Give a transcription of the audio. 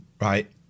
right